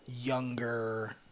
younger